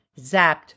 zapped